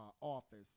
office